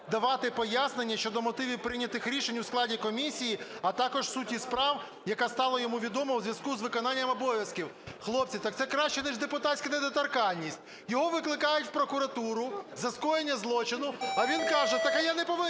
давати пояснення щодо мотивів прийнятих рішень у складі комісії, а також суті справ, яка стала йому відома у зв'язку з виконанням обов'язків. Хлопці, так це краще ніж депутатська недоторканність. Його викликають в прокуратуру за скоєння злочину, а він каже: так а я не повинен,